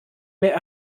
mehr